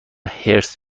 حرص